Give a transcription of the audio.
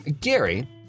Gary